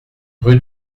rue